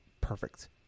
perfect